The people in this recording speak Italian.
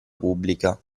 pubblica